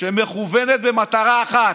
שמכוונות למטרה אחת: